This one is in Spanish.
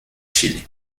chile